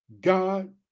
God